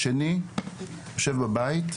השני, יושב בבית,